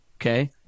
Okay